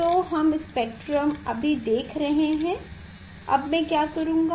तो हम स्पेक्ट्रम अभी देख रहे हैं अब मैं क्या करूँगा